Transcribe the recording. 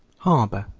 harbor,